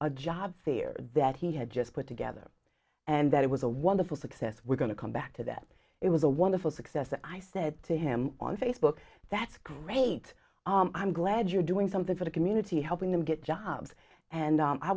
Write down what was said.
a job fair that he had just put together and that it was a wonderful success we're going to come back to that it was a wonderful success and i said to him on facebook that's great i'm glad you're doing something for the community helping them get jobs and